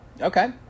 Okay